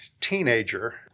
teenager